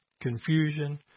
confusion